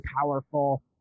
powerful